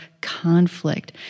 conflict